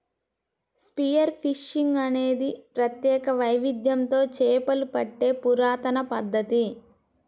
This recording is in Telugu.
స్పియర్ ఫిషింగ్ అనేది ప్రత్యేక వైవిధ్యంతో చేపలు పట్టే పురాతన పద్ధతి